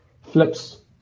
flips